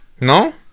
No